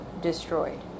destroyed